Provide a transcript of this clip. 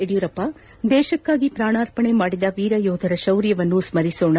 ಯಡಿಯೂರಪ್ಪ ದೇಶಕ್ಕಾಗಿ ಪ್ರಾಣಾರ್ಪಣೆ ಮಾಡಿದ ವೀರ ಯೋಧರ ಶೌರ್ಯವನ್ನು ಸ್ಮರಿಸೋಣ